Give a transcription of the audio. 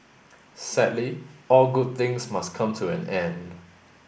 sadly all good things must come to an end